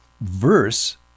verse